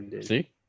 See